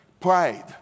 Pride